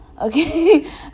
okay